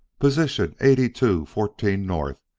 position eighty-two fourteen north,